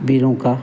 वीरों का